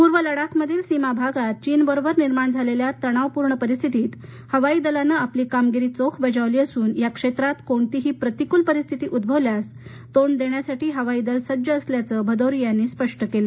पूर्व लडाखमधील सीमा भागात चीन बरोबर निर्माण झालेल्या तणावपूर्ण परिस्थितीत हवाई दलानं आपली कामगिरी चोख बजावली असून या क्षेत्रात कोणतीही प्रतिकूल परिस्थिती उद्भवल्यास तोंड देण्यासाठी हवाई दल सज्ज असल्याचं भदौरिया यांनी स्पष्ट केलं